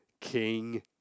King